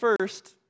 first